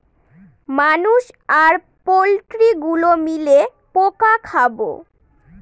মানুষ আর পোল্ট্রি গুলো মিলে পোকা খাবো